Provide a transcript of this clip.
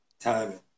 timing